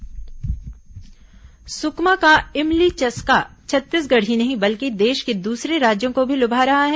इमली चस्का सुकमा का इमली चस्का छत्तीसगढ़ ही नहीं बल्कि देश के दूसरे राज्यों को भी लुभा रहा है